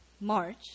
March